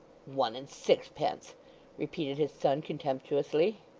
one and sixpence repeated his son contemptuously.